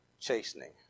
chastening